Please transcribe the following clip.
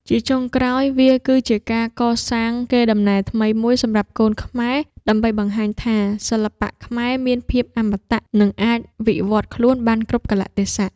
ជាចុងក្រោយ វាគឺជាការកសាងកេរដំណែលថ្មីមួយសម្រាប់កូនខ្មែរ ដើម្បីបង្ហាញថា សិល្បៈខ្មែរមានភាពអមតៈ និងអាចវិវត្តខ្លួនបានគ្រប់កាលៈទេសៈ។